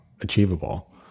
achievable